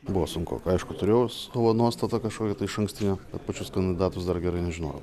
buvo sunku aišku turėjau savo nuostatą kažkokią tai išankstinę bet pačius kandidatus dar gerai nežinojau